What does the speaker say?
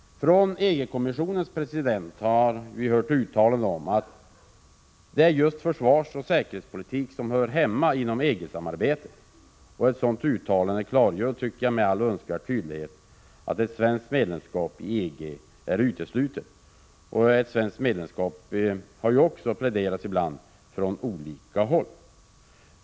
Från EG-kommissionens president har vi hört uttalanden om att det är just försvarsoch säkerhetspolitik som hör hemma inom EG-samarbetet. Ett sådant uttalande klargör med all önskvärd tydlighet att ett svenskt medlemskap i EG är uteslutet. Det har ibland från olika håll pläderats för ett svenskt medlemskap.